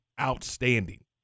outstanding